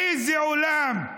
איזה עולם.